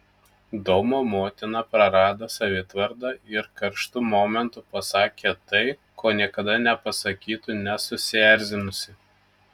domo motina prarado savitvardą ir karštu momentu pasakė tai ko niekada nepasakytų nesusierzinusi